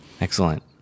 Excellent